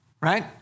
right